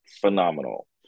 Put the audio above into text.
phenomenal